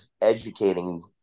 educating